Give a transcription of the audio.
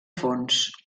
fons